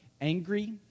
angry